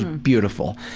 beautiful.